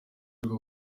rwo